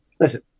Listen